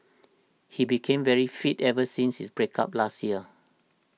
he became very fit ever since his break up last year